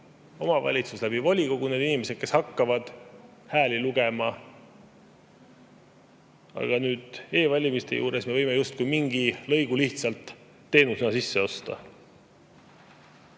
omavalitsus volikogus need inimesed, kes hakkavad hääli lugema. Aga e‑valimistel me võime justkui mingi lõigu lihtsalt teenusena sisse osta.